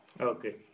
Okay